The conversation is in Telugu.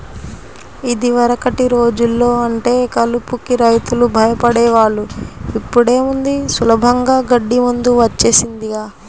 యిదివరకటి రోజుల్లో అంటే కలుపుకి రైతులు భయపడే వాళ్ళు, ఇప్పుడేముంది సులభంగా గడ్డి మందు వచ్చేసిందిగా